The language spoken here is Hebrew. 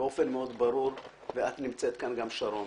באופן מאוד ברור, ואת נמצאת כאן גם, שרון.